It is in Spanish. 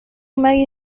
maggie